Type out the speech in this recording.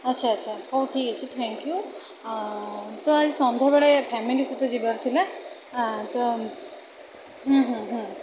ଆଚ୍ଛା ଆଚ୍ଛା ହଉ ଠିକ୍ ଅଛି ଥ୍ୟାଙ୍କ୍ ୟୁ ଆ ତ ଆଜି ସନ୍ଧ୍ୟାବେଳେ ଫେମିଲି ସହିତ ଯିବାର ଥିଲା ତ ହୁଁ ହୁଁ ହୁଁ